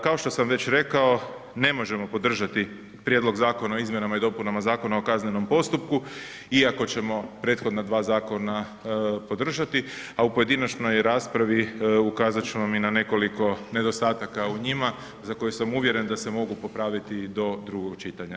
Kao što sam već rekao ne možemo podržati Prijedlog zakona o izmjenama i dopunama Zakona o kaznenom postupku iako ćemo prethodna dva zakona podržati a u pojedinačnoj raspravi ukazati ću vam i na nekoliko nedostataka u njima za koje sam uvjeren da se mogu popraviti do drugog čitanja.